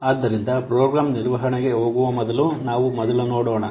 ಆದ್ದರಿಂದ ಪ್ರೋಗ್ರಾಂ ನಿರ್ವಹಣೆಗೆ ಹೋಗುವ ಮೊದಲು ನಾವು ಮೊದಲು ನೋಡೋಣ